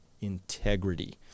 integrity